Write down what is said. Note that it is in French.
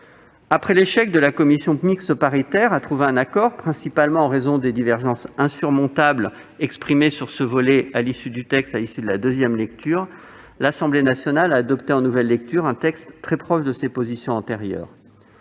Après l'échec de la commission mixte paritaire à trouver un accord, principalement en raison des divergences insurmontables exprimées sur ce volet du texte à l'issue de la deuxième lecture, l'Assemblée nationale a adopté en nouvelle lecture un texte très proche de ses positions antérieures.